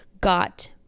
got